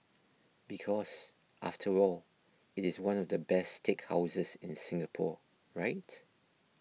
because after all it is one of the best steakhouses in Singapore right